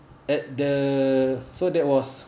at the so that was